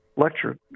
lecture